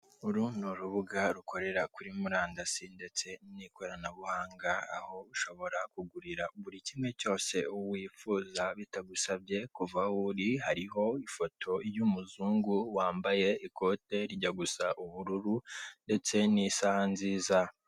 Uru ni urubuga rukorera kuri murandasi ndetse n'ikoranabuhanga aho ushobora kugurira buri kimwe cyose wifuza bitagusabye kuva aho uri. Hariho ifoto y'umuzungu wambaye ikote rijya gusa ubururu ndetse n'isaha nziza.